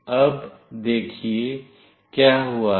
अब देखिए क्या हुआ है